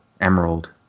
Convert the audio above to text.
Emerald